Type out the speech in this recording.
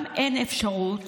גם אין אפשרות